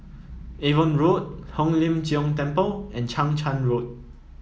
Avon Road Hong Lim Jiong Temple and Chang Charn Road